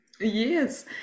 Yes